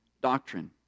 doctrine